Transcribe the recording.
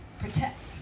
protect